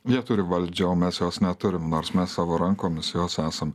jie turi valdžią o mes jos neturim nors mes savo rankomis juos esam